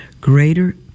greater